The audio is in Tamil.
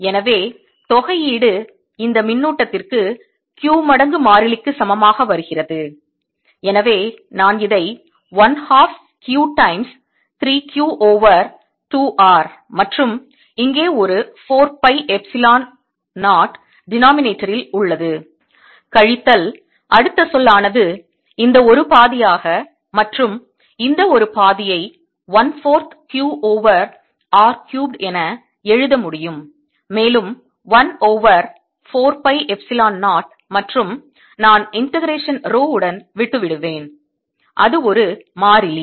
எனவே தொகையீடு இந்த மின்னூட்டத்திற்கு Q மடங்கு மாறிலிக்கு சமமாக வருகிறது எனவே நான் இதை 1 half Q times 3 Q over 2 R மற்றும் இங்கே ஒரு 4 பை எப்சிலான் 0 denominator ல் உள்ளது கழித்தல் அடுத்த சொல் ஆனது இந்த ஒரு பாதியாக மற்றும் இந்த ஒரு பாதி ஐ 1 4th Q over R cubed என எழுத முடியும் மேலும் 1 ஓவர் 4 பை எப்சிலான் 0 மற்றும் நான் இண்டெக்ரேசன் ரோ உடன் விட்டுவிடுவேன் அது ஒரு மாறிலி